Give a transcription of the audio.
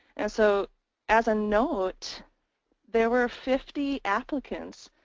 and so as a note there were fifty applicants